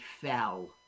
fell